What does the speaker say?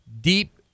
deep